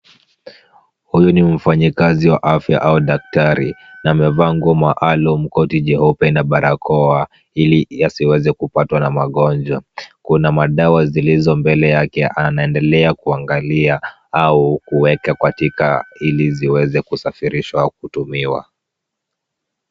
Huyu ni mfanyikazi wa afya au daktari na amevaa nguo maalum, koti jeupe na barakoa ili asiweze kupatwa na magonjwa. Kuna madawa zilizo mbele yake. Anaendelea kuangalia au kuweka katika ili ziweze kusafirishwa kutumiwa.